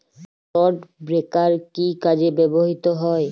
Clod breaker কি কাজে ব্যবহৃত হয়?